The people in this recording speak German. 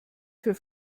für